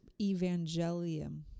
evangelium